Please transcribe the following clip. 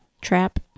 trap